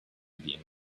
being